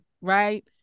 right